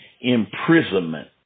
imprisonment